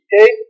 okay